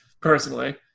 personally